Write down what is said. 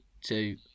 two